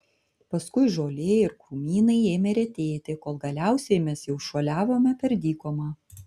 paskui žolė ir krūmynai ėmė retėti kol galiausiai mes jau šuoliavome per dykumą